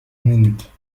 minute